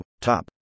top